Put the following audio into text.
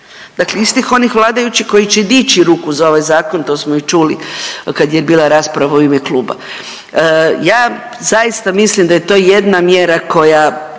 Dakle, istih onih vladajućih koji će dići ruku za ovaj zakon to smo i čuli kad je bila rasprava u ime kluba. Ja zaista mislim da je to jedna mjera koja